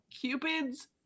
Cupid's